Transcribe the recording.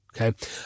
Okay